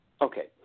Okay